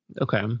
Okay